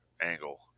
angle